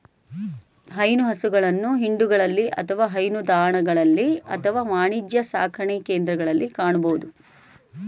ಹೈನು ಹಸುಗಳನ್ನು ಹಿಂಡುಗಳಲ್ಲಿ ಅಥವಾ ಹೈನುದಾಣಗಳಲ್ಲಿ ಅಥವಾ ವಾಣಿಜ್ಯ ಸಾಕಣೆಕೇಂದ್ರಗಳಲ್ಲಿ ಕಾಣಬೋದು